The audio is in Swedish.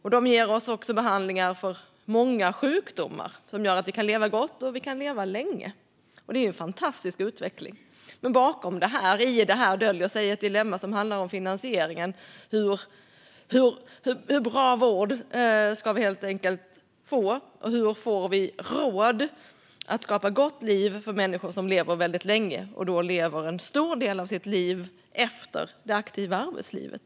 Man ger oss också behandlingar för många sjukdomar, vilket gör att vi kan leva gott och länge. Det är en fantastisk utveckling. Men i detta döljs ett dilemma som handlar om finansieringen: Hur bra vård ska vi få, och hur får vi råd att skapa gott liv för människor som lever väldigt länge och lever en stor del av sina liv efter det aktiva arbetslivet?